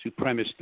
supremacist